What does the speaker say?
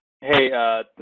Hey